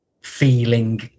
feeling